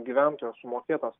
gyventojos sumokėtas